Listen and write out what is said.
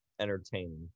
entertaining